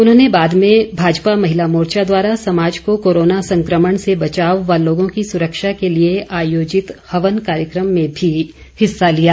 उन्होंने बाद में भाजपा महिला मोर्चा द्वारा समाज को कोरोना संकमण से बचाव व लोगों की सुरक्षा के लिए आयोजित हवन कार्यक्रम में भी हिस्सा लिया